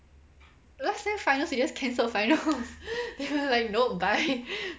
last sem finals they just cancelled finals they were like no bye